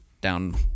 down